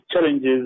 challenges